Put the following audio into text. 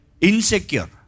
insecure